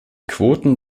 quoten